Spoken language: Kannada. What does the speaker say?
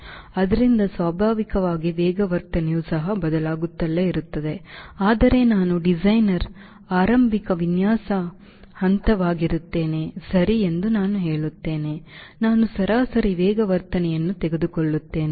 ಆದ್ದರಿಂದ ಸ್ವಾಭಾವಿಕವಾಗಿ ವೇಗವರ್ಧನೆಯು ಸಹ ಬದಲಾಗುತ್ತಲೇ ಇರುತ್ತದೆ ಆದರೆ ನಾನು ಡಿಸೈನರ್ ಆರಂಭಿಕ ವಿನ್ಯಾಸ ಹಂತವಾಗಿರುತ್ತೇನೆ ಸರಿ ಎಂದು ನಾನು ಹೇಳುತ್ತೇನೆ ನಾನು ಸರಾಸರಿ ವೇಗವರ್ಧನೆಯನ್ನು ತೆಗೆದುಕೊಳ್ಳುತ್ತೇನೆ